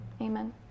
Amen